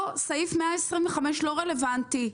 לא, סעיף 125 לא רלוונטי.